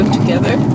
together